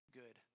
good